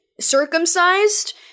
circumcised